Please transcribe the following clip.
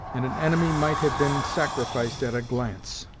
and an enemy might have been sacrificed at a glance.